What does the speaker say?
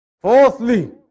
Fourthly